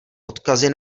odkazy